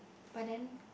but then